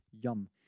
Yum